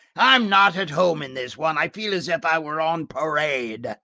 i'm not at home in this one i feel as if i were on parade.